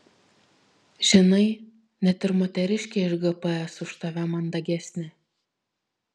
žinai net ir moteriškė iš gps už tave mandagesnė